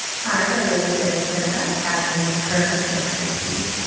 hi, my name is princess, as in her majesty.